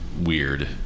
Weird